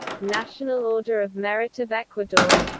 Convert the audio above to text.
national order of merit of ecuador